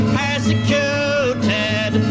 persecuted